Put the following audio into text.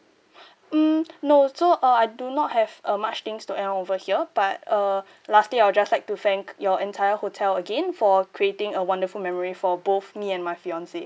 mm no so uh I do not have uh much things to end over here but uh lastly I would just like to thank your entire hotel again for creating a wonderful memory for both me and my fiance